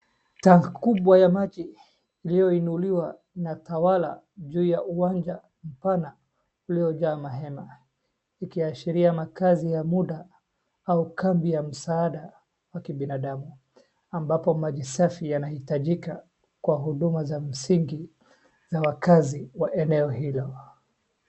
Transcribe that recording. Tank kubwa ya maji iliyoinuliwa inatawala juu ya uwanja mpana uliojaa mahema ikiashiria makaazi ya muda au kambi la msaada wa kibinadamu ambapo maji safi yanahitajika kwa huduma za msingi za wakazi wa eneo hilo.